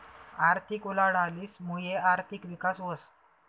आर्थिक उलाढालीस मुये आर्थिक विकास व्हस